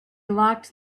locked